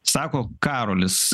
sako karolis